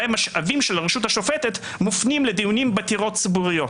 הרי המשאבים של הרשות השופטת מופנים לדיונים בעתירות ציבוריות.